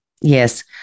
Yes